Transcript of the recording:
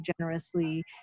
generously